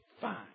fine